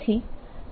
u ના બરાબર છે